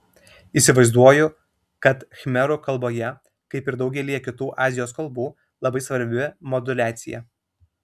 įsivaizduoju kad khmerų kalboje kaip ir daugelyje kitų azijos kalbų labai svarbi moduliacija